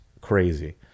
crazy